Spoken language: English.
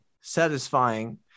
satisfying